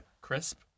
crisp